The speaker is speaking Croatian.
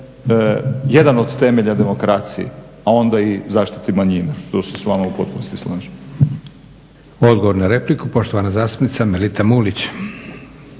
jedan od temelja demokracije, a onda i zaštiti manjima što se s vama u potpunosti slažem.